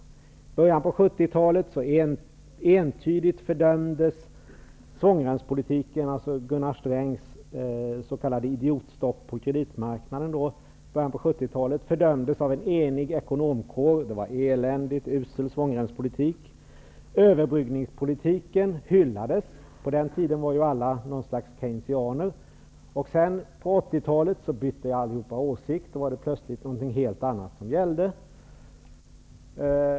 I början av 70-talet fördömde en enhällig ekonomkår svångremspolitiken, dvs. Gunnar Strängs s.k. idiotstopp på kreditmarknaden. Svångremspolitiken var eländig och usel. Överbryggningspolitiken hyllades -- på den tiden var ju alla någon sorts Keynesianer. Under 80-talet bytte allihop åsikt. Då var det plötsligt någonting helt annat som gällde.